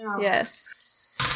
Yes